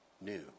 new